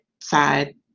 side